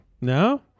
No